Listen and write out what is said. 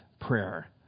prayer